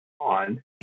On